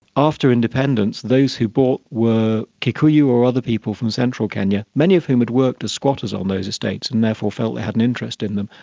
after independence, those who bought were kikuyu or other people from central kenya, many of whom had worked as squatters on those estates and therefore felt they had an interest in them.